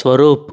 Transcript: Swaroop